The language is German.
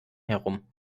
herum